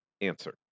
answer